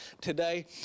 today